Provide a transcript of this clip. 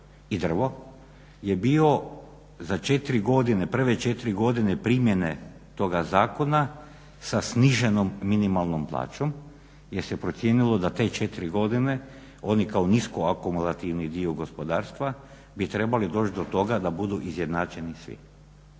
i drvo je bio za prve 4 godine primjene toga zakona sa sniženom minimalnom plaćom jer se procijenilo da te 4 godine oni kao nisko akumulativni dio gospodarstva bi trebali doći do toga da budu izjednačeni svi.